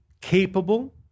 capable